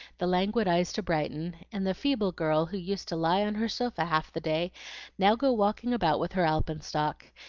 the languid eyes to brighten, and the feeble girl who used to lie on her sofa half the day now go walking about with her alpenstock,